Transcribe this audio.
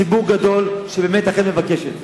ציבור גדול שבאמת אכן מבקש את זה.